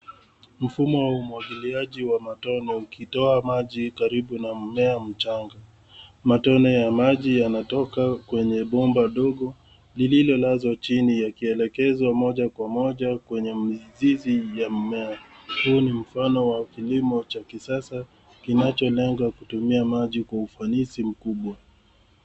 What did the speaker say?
Mfumo wa umwagiliaji wa matone ukitoa maji karibu na mmea mchanga. Matone ya maji yanatoka kwenye bomba dogo lililolazwa chini yakielekezwa moja kwa moja kwenye mizizi ya mmea. Huu ni mfano wa kilimo cha kisasa kinacholenga kutumia maji kwa ufanisi mkubwa.